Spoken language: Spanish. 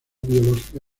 biológica